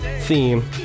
theme